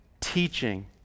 teaching